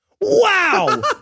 Wow